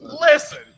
Listen